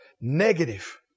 negative